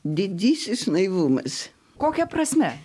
didysis naivumas kokia prasme